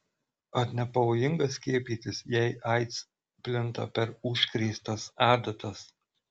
ar nepavojinga skiepytis jei aids plinta per užkrėstas adatas